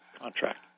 contract